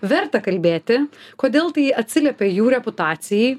verta kalbėti kodėl tai atsiliepia jų reputacijai